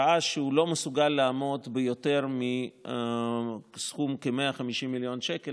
ראה שהוא לא מסוגל לעמוד ביותר מסכום של כ-150 מיליון שקל,